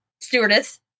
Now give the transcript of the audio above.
stewardess